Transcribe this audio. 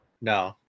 No